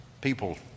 people